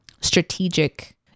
strategic